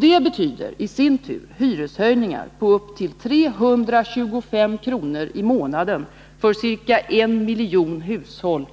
Det betyder i sin tur hyreshöjningar på upp till 325 kr. i månaden för ca en miljon hushåll